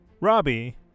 Robbie